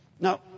Now